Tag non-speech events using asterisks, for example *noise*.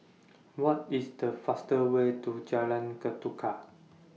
*noise* What IS The faster Way to Jalan Ketuka